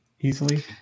easily